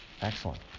Excellent